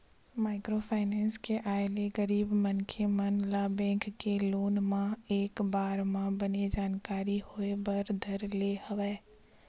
micro finance के आय ले गरीब मनखे मन ल बेंक के लोन मन के बारे म बने जानकारी होय बर धर ले हवय